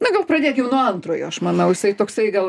na gal pradėkim nuo antrojo aš manau jisai toksai gal